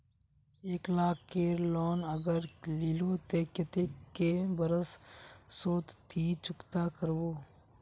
एक लाख केर लोन अगर लिलो ते कतेक कै बरश सोत ती चुकता करबो?